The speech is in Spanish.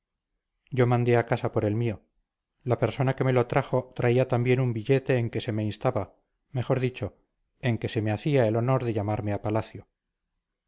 yo mandé a casa por el mío la persona que me lo trajo traía también un billete en que se me instaba mejor dicho en que se me hacía el honor de llamarme a palacio